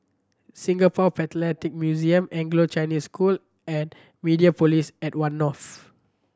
Singapore Philatelic Museum Anglo Chinese School and Mediapolis at One North